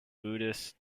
buddhists